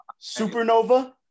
Supernova